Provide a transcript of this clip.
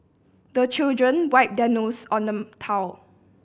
the children wipe their nose on the towel